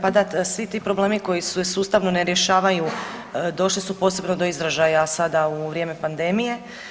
Pa da, svi ti problemi koji se sustavno ne rješavaju došli su posebno do izražaja sada u vrijeme pandemije.